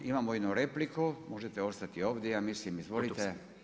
Imamo jednu repliku, možete ostati ovdje, ja mislim izvolite